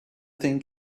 thing